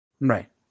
Right